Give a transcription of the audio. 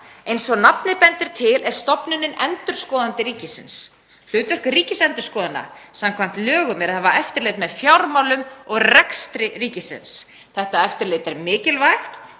Eins og nafnið bendir til er stofnunin endurskoðandi ríkisins. Hlutverk Ríkisendurskoðunar samkvæmt lögum er að hafa eftirlit með fjármálum og rekstri ríkisins. Þetta eftirlit er mikilvægt